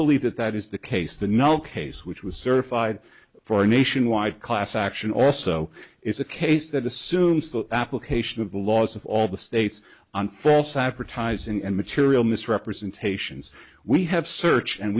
believe that that is the case the no case which was certified for a nationwide class action also is a case that assumes the application of the laws of all the states on false advertising and material misrepresentations we have searched and